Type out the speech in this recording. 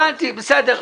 הבנתי, בסדר.